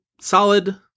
solid